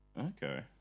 Okay